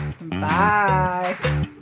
Bye